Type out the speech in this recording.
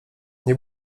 nie